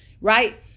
right